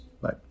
Bye